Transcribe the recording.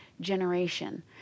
generation